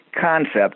concept